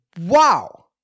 wow